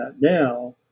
now